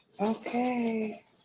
okay